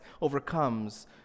overcomes